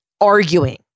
arguing